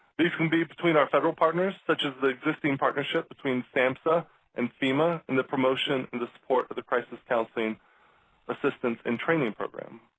these can be between our federal partners, such as the existing partnership between samhsa and fema and the promotion and support of the crisis counseling assistance and training program.